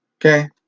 Okay